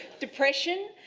depression,